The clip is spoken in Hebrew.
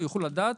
יוכלו לדעת